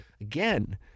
again